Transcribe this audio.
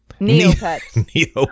Neopets